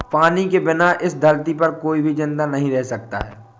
पानी के बिना इस धरती पर कोई भी जिंदा नहीं रह सकता है